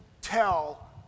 tell